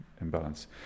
imbalance